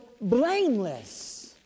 blameless